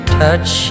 touch